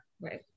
right